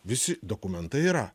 visi dokumentai yra